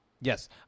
Yes